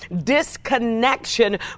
disconnection